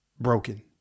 Broken